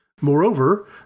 Moreover